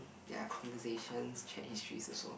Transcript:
there are conversations chat histories also